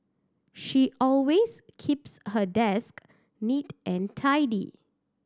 she always keeps her desk neat and tidy